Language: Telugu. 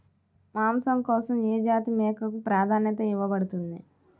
మాంసం కోసం ఏ జాతి మేకకు ప్రాధాన్యత ఇవ్వబడుతుంది?